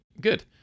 good